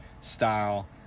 style